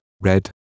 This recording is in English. red